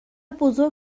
بزرگ